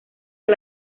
del